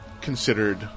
considered